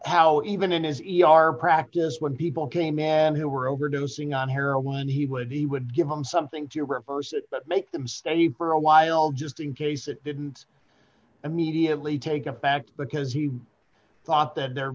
how even in his e r practice when people came in and he were overdosing on heroin he would he would give them something to reverse it but make them stay you for a while just in case it didn't immediately take effect because he thought that there